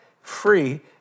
free